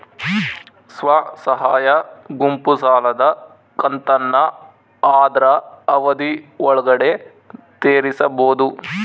ಸ್ವಸಹಾಯ ಗುಂಪು ಸಾಲದ ಕಂತನ್ನ ಆದ್ರ ಅವಧಿ ಒಳ್ಗಡೆ ತೇರಿಸಬೋದ?